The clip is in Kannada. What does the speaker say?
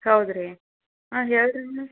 ಹೌದು ರೀ ಹಾಂ ಹೇಳಿ ರೀ ನೀವು